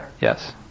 yes